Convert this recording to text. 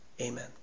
Amen